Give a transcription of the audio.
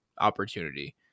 opportunity